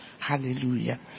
Hallelujah